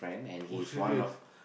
oh serious